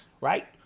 Right